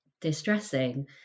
distressing